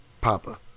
papa